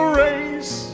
race